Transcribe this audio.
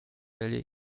valley